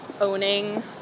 owning